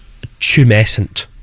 tumescent